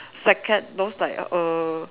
second those like err